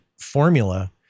formula